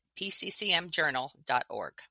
pccmjournal.org